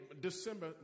December